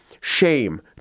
shame